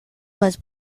was